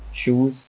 shoes